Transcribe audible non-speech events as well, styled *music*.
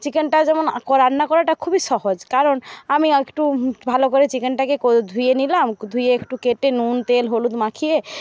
চিকেনটা যেমন রান্না করাটা খুবই সহজ কারণ আমি একটু ভালো করে চিকেনটাকে *unintelligible* ধুয়ে নিলাম ধুয়ে একটু কেটে নুন তেল হলুদ মাখিয়ে